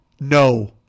no